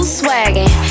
swaggin